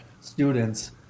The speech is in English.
students